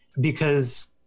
because-